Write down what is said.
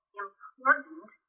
important